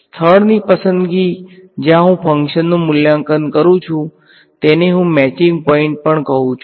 સ્થળની પસંદગી જ્યાં હું ફંકશનનું મૂલ્યાંકન કરું છું તેને હું મેચિંગ પોઈન્ટ પણ કહું છું